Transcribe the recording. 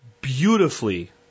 beautifully